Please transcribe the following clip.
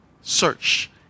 Search